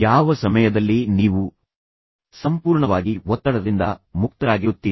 ಯಾವ ಸಮಯದಲ್ಲಿ ನೀವು ಸಂಪೂರ್ಣವಾಗಿ ಒತ್ತಡದಿಂದ ಮುಕ್ತರಾಗಿರುತ್ತೀರಿ